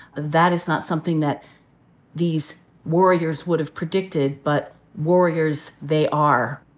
that is not something that these warriors would have predicted, but warriors they are.